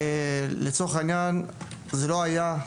זה לצורך העניין זה לא היה.